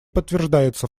подтверждается